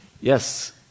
Yes